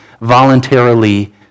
voluntarily